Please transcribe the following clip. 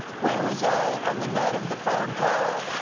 where was i on the night of the phone call?